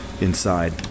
inside